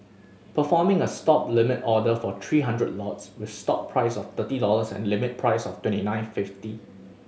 performing a Stop limit order for three hundred lots with stop price of thirty dollars and limit price of twenty nine fifty